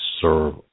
serve